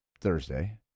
Thursday